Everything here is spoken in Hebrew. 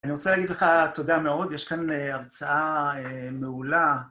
אני רוצה להגיד לך תודה מאוד, יש כאן הרצאה מעולה.